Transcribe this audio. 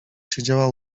siedziała